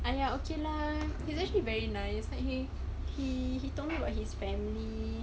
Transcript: !aiya! okay lah he's actually very nice like he he he told me about his family